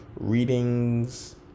readings